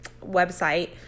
website